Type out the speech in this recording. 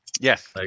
Yes